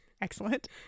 Excellent